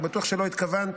אני בטוח שלא התכוונת,